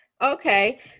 Okay